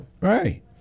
Right